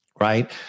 right